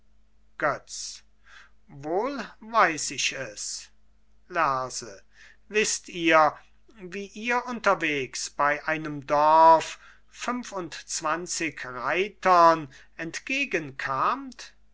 götz wohl weiß ich es lerse wißt ihr wie ihr unterwegs bei einem dorf fünfundzwanzig reitern entgegenkamt